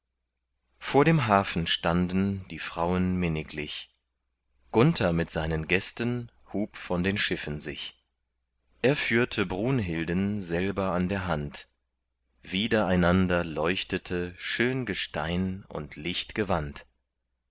vor dem hafen standen die frauen minniglich gunther mit seinen gästen hub von den schiffen sich er führte brunhilden selber an der hand wider einander leuchtete schön gestein und